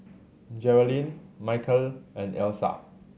Geralyn Michal and Elsa